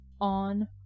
on